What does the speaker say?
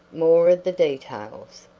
more of the details.